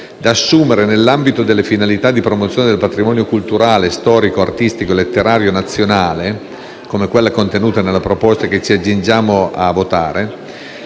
da assumere nell'ambito delle finalità di promozione del patrimonio culturale, storico, artistico e letterario nazionale, come quella contenuta nella proposta che ci accingiamo a votare,